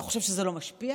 אתה חושב שזה לא משפיע?